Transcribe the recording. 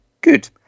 Good